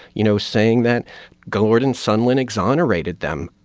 you know, saying that gordon sondland exonerated them.